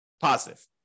positive